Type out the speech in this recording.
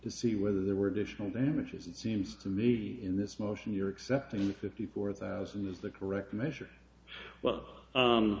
to see whether there were additional damages it seems to me in this motion your accepting the fifty four thousand is the correct measure well